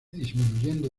disminuyendo